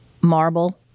marble